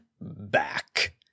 back